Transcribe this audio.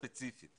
ספציפית.